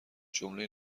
جمله